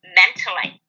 mentally